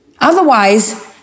Otherwise